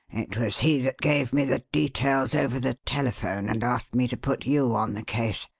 it was he that gave me the details over the telephone, and asked me to put you on the case.